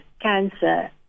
cancer